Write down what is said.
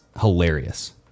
hilarious